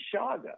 shaga